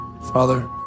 Father